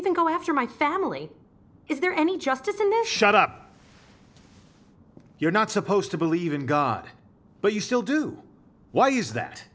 even go after my family is there any just to finish up you're not supposed to believe in god but you still do why is that